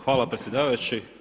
Hvala predsjedavajući.